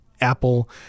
Apple